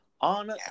On